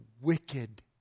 wicked